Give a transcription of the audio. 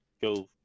go